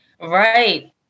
Right